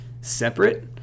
separate